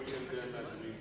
כל ילדי המהגרים,